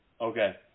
Okay